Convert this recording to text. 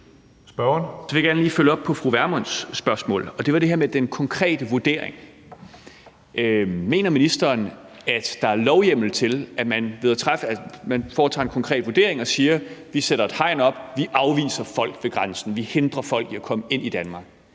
vil jeg gerne lige følge op på fru Pernille Vermunds spørgsmål; det var det her med den konkrete vurdering. Mener ministeren, at der er lovhjemmel til, at man foretager en konkret vurdering og siger: Vi sætter et hegn op, vi afviser folk ved grænsen, vi hindrer folk i at komme ind i Danmark?